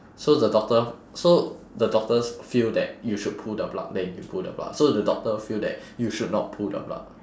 so the doctor so the doctors feel that you should pull the plug then you pull the plug so the doctor feel that you should not pull the plug